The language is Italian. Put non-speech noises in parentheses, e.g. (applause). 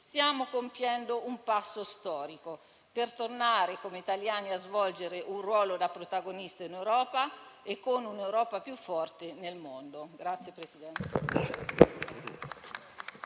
stiamo compiendo un passo storico, per tornare, come italiani, a svolgere un ruolo da protagonisti in Europa, con un'Europa più forte nel mondo. (applause)